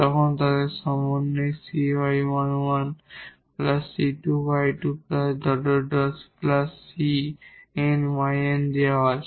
তখন তাদের সমন্বয় 𝑐1𝑦1 𝑐2𝑦2 ⋯ 𝑐𝑛𝑦𝑛 দেওয়া আছে